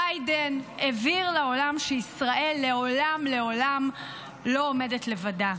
ביידן הבהיר לעולם שישראל לעולם לעולם לא עומדת לבדה.